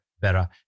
better